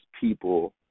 people